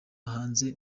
hanze